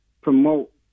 promote